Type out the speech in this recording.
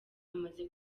amaze